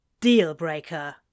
Deal-breaker